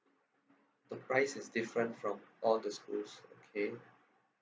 the price is different from all the schools okay